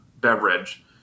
beverage